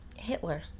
Hitler